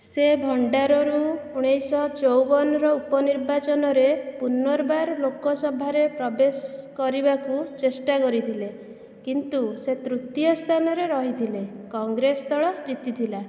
ସେ ଭଣ୍ଡାରରୁ ଉଣେଇଶ ଚଉବନର ଉପନିର୍ବାଚନରେ ପୁନର୍ବାର ଲୋକସଭାରେ ପ୍ରବେଶ କରିବାକୁ ଚେଷ୍ଟା କରିଥିଲେ କିନ୍ତୁ ସେ ତୃତୀୟ ସ୍ଥାନରେ ରହିଥିଲେ କଂଗ୍ରେସ ଦଳ ଜିତିଥିଲା